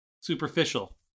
superficial